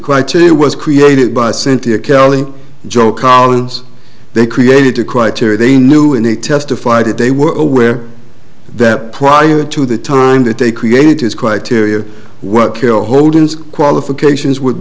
quite a was created by sent to kelly joe collins they created the criteria they knew and they testified that they were aware that prior to the time that they created his criteria what kill holden's qualifications would